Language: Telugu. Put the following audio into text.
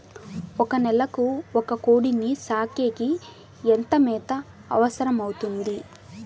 ఒక నెలకు ఒక కోడిని సాకేకి ఎంత మేత అవసరమవుతుంది?